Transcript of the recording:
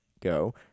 go